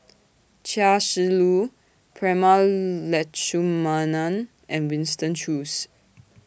Chia Shi Lu Prema Letchumanan and Winston Choos